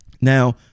Now